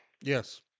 Yes